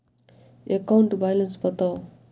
account balance बताउ